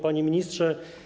Panie Ministrze!